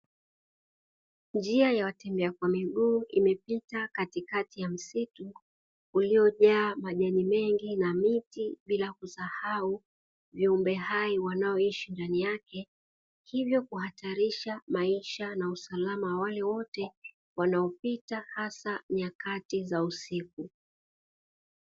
Njia ya watembea kwa miguu imepita katikati ya msitu uliojaa majani mengi na miti, bila kusahau viumbe hai wanaoishi ndani yake; hivyo kuhatarisha usalama wa maisha wa wale wote wanaopita hasa nyakati za usiku.